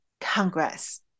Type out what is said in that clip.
Congress